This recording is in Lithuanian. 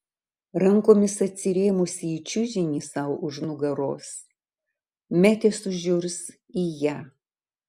rankomis atsirėmusi į čiužinį sau už nugaros metė sužiurs į ją